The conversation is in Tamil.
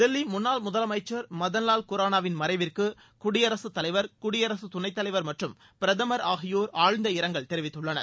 தில்லி முன்னாள் முதலமைச்சர் மதன்லால் குரானாவின் மறைவிற்கு குடியரசுத்தலைவர் குடியரசுத் துணைத் தலைவர் மற்றும் பிரதமர் ஆகியோர் ஆழ்ந்த இரங்கல் தெரிவித்துள்ளனர்